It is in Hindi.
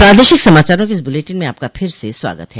प्रादेशिक समाचारों के इस बुलेटिन में आपका फिर से स्वागत है